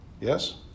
Yes